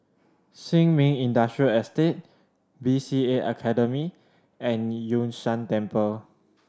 Sin Ming Industrial Estate B C A Academy and Yun Shan Temple